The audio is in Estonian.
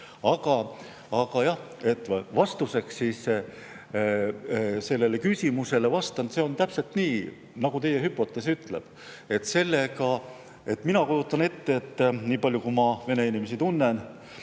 Aga vastuseks sellele küsimusele vastan: see on täpselt nii, nagu teie hüpotees ütleb. Mina kujutan ette, niipalju kui ma vene inimesi tunnen,